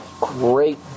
great